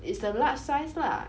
it's the large size lah